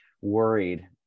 worried